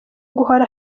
guhora